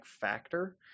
factor